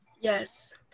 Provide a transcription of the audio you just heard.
Yes